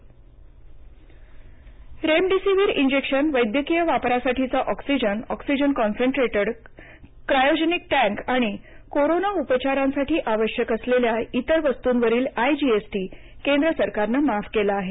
IGST remdesivir injection वैद्यकीय वापरासाठीचा oxygen oxygen concentrator cryogenic tank आणि कोरोना उपचारांसाठी आवश्यक असलेल्या इतर वस्तूंवरील आयजीएसटी केंद्र सरकारनं माफ केला आहे